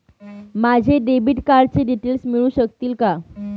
माझ्या डेबिट कार्डचे डिटेल्स मिळू शकतील का?